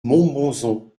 montbozon